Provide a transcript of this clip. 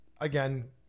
Again